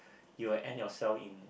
you will end yourself in